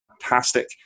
Fantastic